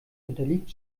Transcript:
unterliegt